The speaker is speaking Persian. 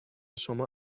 شما